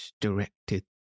directed